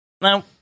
now